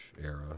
era